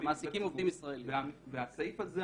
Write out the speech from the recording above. הסעיף הזה,